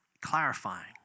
clarifying